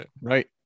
right